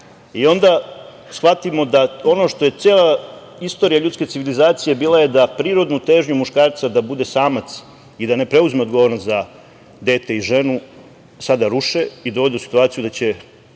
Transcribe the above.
i onda shvatimo da ono što je cela istorija ljudske civilizacije bila je da prirodnu težnju muškarca da bude samac i da ne preuzme odgovornost za dete i ženu sada ruše i dovode u situaciju da će